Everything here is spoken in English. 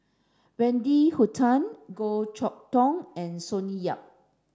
Wendy Hutton Goh Chok Tong and Sonny Yap